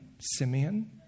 Simeon